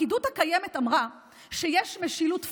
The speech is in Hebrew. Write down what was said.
הפקידות הקיימת אמרה שיש משילות פורמלית,